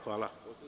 Hvala.